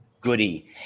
goody